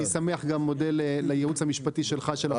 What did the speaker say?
אני מודה גם לייעוץ המשפטי של הוועדה.